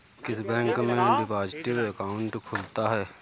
किस बैंक में deposit account खुलता है?